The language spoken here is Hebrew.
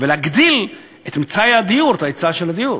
ולהגדיל את מצאי הדיור, את ההיצע של הדיור.